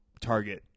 target